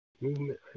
Movement